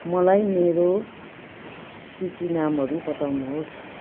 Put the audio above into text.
मलाई मेरो सूची नामहरू बताउनुहोस्